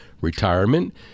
retirement